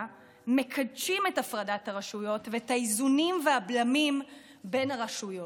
מקדשים את הפרדת הרשויות ואת האיזונים והבלמים בין הרשויות.